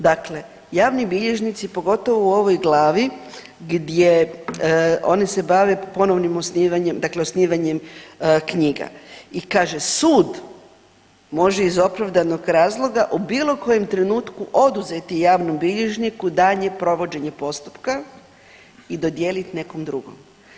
Dakle, javni bilježnici pogotovo u ovoj glavi gdje oni se bave ponovnim osnivanjem, dakle osnivanjem knjiga i kaže sud može iz opravdanog razloga u bilo kojem trenutku oduzeti javnom bilježniku daljnje provođenje postupka i dodijelit nekom drugom.